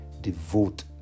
devote